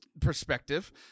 perspective